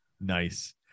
nice